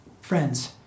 friends